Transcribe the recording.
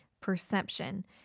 perception